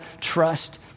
trust